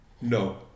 no